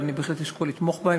אבל אני בהחלט אשקול לתמוך בה.